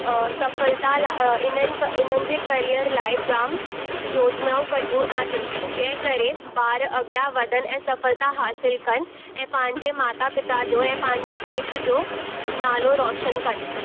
सफलता लाइ इन्हनि इन्हनि जे करियर लाइ जामु योजनाऊं कढियूं आहिनि जंहिं करे ॿार अॻियां वधनि ऐं सफलता हासिल कनि ऐं पंहिंजे माता पिता जो ऐं पंहिंजे देश जो नालो रोशन कनि